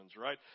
right